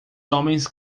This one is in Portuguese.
homens